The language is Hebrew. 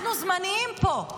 אנחנו זמניים פה.